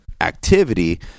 activity